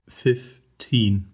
fifteen